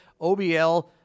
OBL